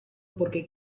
porque